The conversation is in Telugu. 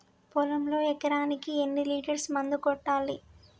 పొలంలో ఎకరాకి ఎన్ని లీటర్స్ మందు కొట్టాలి?